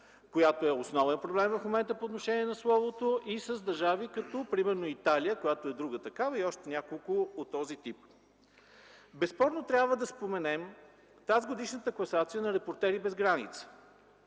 която е основен проблем в момента по отношение на словото и с държави като, примерно, Италия, която е друга такава, както и още няколко от този тип. Безспорно трябва да споменем тазгодишната класация на „Репортери без граници”.